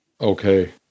Okay